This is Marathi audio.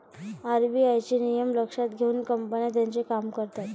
आर.बी.आय चे नियम लक्षात घेऊन कंपन्या त्यांचे काम करतात